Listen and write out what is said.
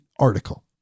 article